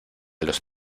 los